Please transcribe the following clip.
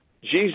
Jesus